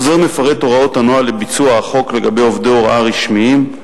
החוזר מפרט את הוראות הנוהל לביצוע החוק לגבי עובדי הוראה רשמיים,